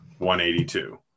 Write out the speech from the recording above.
182